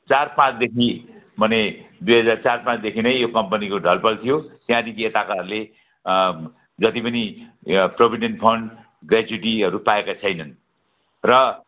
चार पाँचदेखि माने दुई हजार चार पाँचदेखि नै यो कम्पनीको ढलफल थियो त्यहाँदेखि यताकाहरूले जति पनि यो प्रोभिडेन्ट फन्ड ग्रेच्युटीहरू पाएका छैनन् र